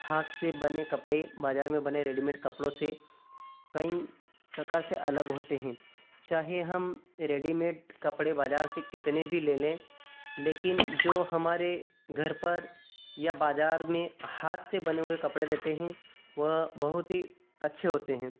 हाथ से बने कपड़े बाज़ार में बने रेडीमेड कपड़ों से कई प्रकार से अलग होते हैं चाहे हम रेडीमेड कपड़े बाज़ार से कितने भी ले लें लेकिन जो हमारे घर पर या बाज़ार में हाथ से बने हुए कपड़े रहते हैं वह बहुत ही अच्छे होते हैं